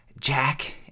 jack